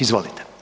Izvolite.